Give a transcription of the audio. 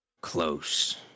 Close